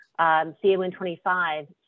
CA125